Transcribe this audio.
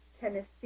Tennessee